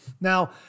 Now